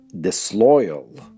disloyal